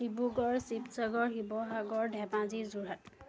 Dibrugarh Sivasagar Sivasagar Dhemaji Jorhat